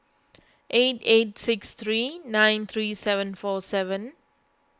eight eight six three nine three seven four seven